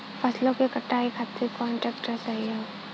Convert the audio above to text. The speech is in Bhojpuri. फसलों के कटाई खातिर कौन ट्रैक्टर सही ह?